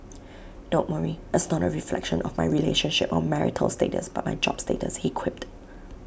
don't worry it's not A reflection of my relationship or marital status but my job status he quipped